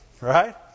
Right